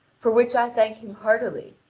for which i thank him heartily,